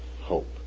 Hope